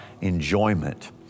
enjoyment